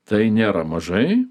tai nėra mažai